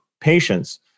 patients